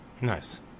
Nice